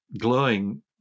glowing